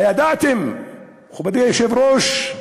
הידעתם, מכובדי היושב-ראש,